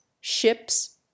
ships